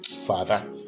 Father